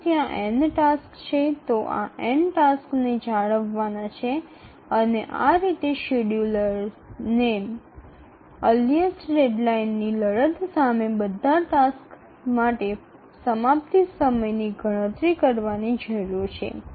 જો ત્યાં n tasks છે તો આ n ટાસક્સને જાળવવાના છે અને આ રીતે શેડ્યૂલને અર્લીઅસ્ટ ડેડલાઇનની લડત સામે બધા ટાસક્સ માટે સમાપ્તિ સમયની ગણતરી કરવાની જરૂર છે